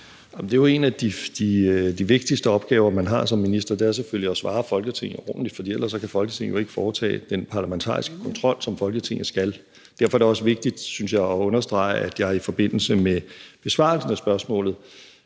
Hækkerup): En af de vigtigste opgaver, man har som minister, er selvfølgelig at svare Folketinget ordentligt, for ellers kan Folketinget jo ikke foretage den parlamentariske kontrol, som Folketinget skal foretage. Derfor er det også vigtigt, synes jeg, at understrege, at jeg i forbindelse med besvarelsen af spørgsmålet